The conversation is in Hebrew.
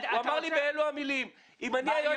הוא אמר לי באלו המילים: "אם אני היום